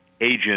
agent